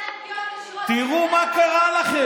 תראו מה קרה לכם.